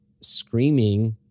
screaming